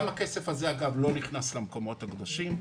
גם הכסף הזה לא נכנס למקומות הקדושים,